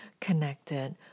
connected